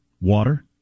water